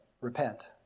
repent